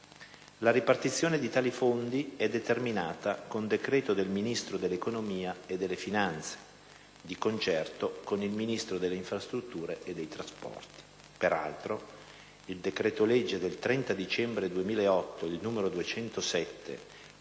La ripartizione di tali fondi è determinata con decreto del Ministro dell'economia e delle finanze, di concerto con il Ministro delle infrastrutture e dei trasporti. Peraltro, il decreto-legge 30 dicembre 2008, n. 207,